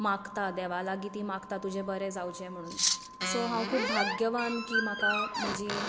मागता देवा लागीं ती मागता तुजें बरें जावचें म्हणून सो हांव खूब भाग्यवान की म्हाका म्हजी